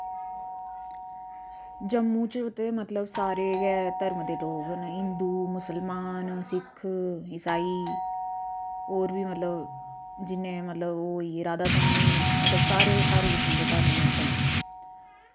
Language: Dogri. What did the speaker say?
जम्मू च ते मतलब सारे गै धर्म दे लोग न हिंदु मुसलमान सिक्ख ईसाई होर बी मतलब जियां होई राधा स्वामी मतलब सारे सारे किस्मा दे धर्म न इत्थें